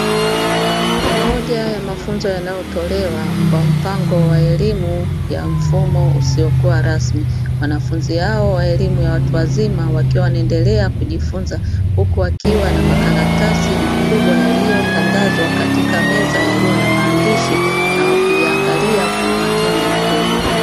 Ni moja ya mafunzo yanayotolewa kwa mpango wa elimu ya mfumo usiokuwa rasmi. Wanafunzi hao wa elimu ya watu wazima wakiwa wanaendelea kujifunza, huku akiwa na makaratasi makubwa yaliyotandazwa katika meza yaliyo na maandishi na wa kuiangalia kwa umakini mkubwa.